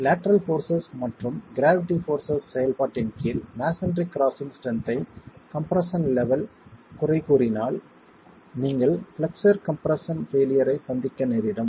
lateral forces மற்றும் gravity forces செயல்பாட்டின் கீழ் மஸோன்றி கிரஸிங் ஸ்ட்ரென்த் ஐ கம்ப்ரெஸ்ஸன் லெவல் குறை கூறினால் நீங்கள் பிளக்ஸர் கம்ப்ரெஸ்ஸன் பெயிலியர் ஐ சந்திக்க நேரிடும்